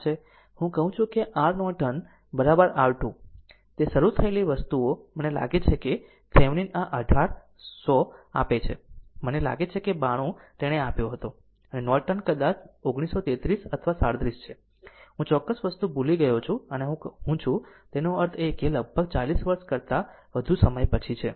હું કહું છું કે R નોર્ટન R2 તે શરૂ થયેલી વસ્તુઓ મને લાગે છે કે થેવિનિન આ અઢાર 100 આપે છે મને લાગે છે કે 92 તેણે આપ્યો હતો અને નોર્ટન કદાચ 1933 અથવા 37 છે હું ચોક્કસ વસ્તુ ભૂલી ગયો છું અને હું છું તેનો અર્થ એ કે લગભગ 40 વર્ષ કરતાં વધુ સમય પછી છે